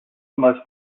most